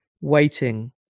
waiting